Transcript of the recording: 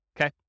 Okay